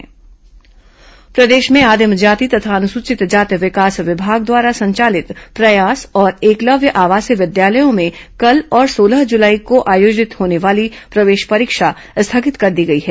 प्रयास विद्यालय परीक्षा स्थगित प्रदेश में आदिम जाति तथा अनुसूचित जाति विकास विभाग द्वारा संचालित प्रयास और एकलव्य आवासीय विद्यालयों में कल और सोलह जुलाई को आयोजित होने वाली प्रवेश परीक्षा स्थगित कर दी गई है